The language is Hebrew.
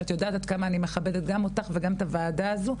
שאת יודעת עד כמה אני מכבדת גם אותך וגם את הוועדה הזו,